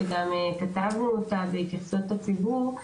שגם כתבנו אותן במסגרת התייחסות הציבור,